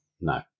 No